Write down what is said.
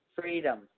freedom